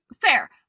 Fair